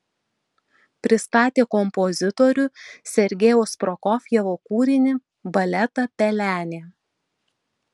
pristatė kompozitorių sergejaus prokofjevo kūrinį baletą pelenė